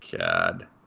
God